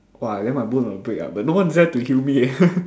!wah! then my bone will break ah but no one dare to kill me eh